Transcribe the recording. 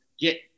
get